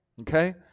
okay